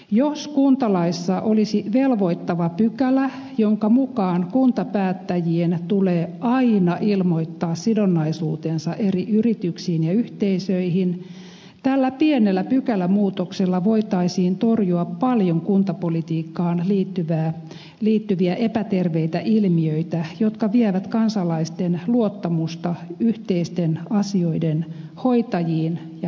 jos kuntalaissa olisi velvoittava pykälä jonka mukaan kuntapäättäjien tulee aina ilmoittaa sidonnaisuutensa eri yrityksiin ja yhteisöihin tällä pienellä pykälämuutoksella voitaisiin torjua paljon kuntapolitiikkaan liittyviä epäterveitä ilmiöitä jotka vievät kansalaisten luottamusta yhteisten asioiden hoitajiin ja hoitamiseen